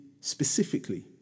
specifically